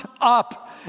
up